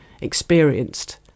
experienced